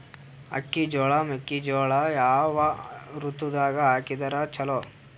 ಅಕ್ಕಿ, ಜೊಳ, ಮೆಕ್ಕಿಜೋಳ ಯಾವ ಋತುದಾಗ ಹಾಕಿದರ ಚಲೋ?